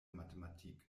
mathematik